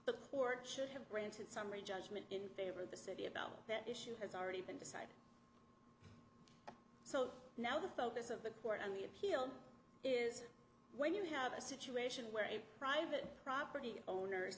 court should have granted summary judgment in favor of the city about that issue has already been decided so now the focus of the court on the appeal is when you have a situation where a private property owner